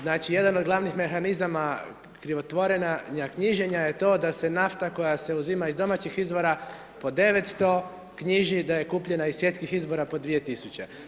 Znači jedan od glavnih mehanizama, krivotvorenja, knjiženja, je to da se nafta koja se uzima iz domaćih izbora, od 900 knjiži, da je kupljena iz svjetskih izbora po 2000.